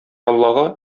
аллага